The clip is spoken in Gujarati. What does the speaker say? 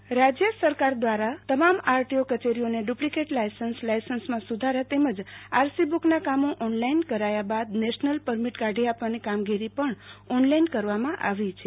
ઓ ઓનલાઈન પરમીટ રાજ્ય સરકાર દ્રારા તમામ આરટીઓ કચેરીઓને ડુપ્લિકેટ લાયસન્સ લાયસન્સમાં સુ ધારો તેમજ આરસી બુ કના કામો ઓનલાઈન કરાયા બાદ નેશનલ પરમીટી કાઢી આપવાની કામગીરી પણ ઓનલાઈન કરવામાં આવી છે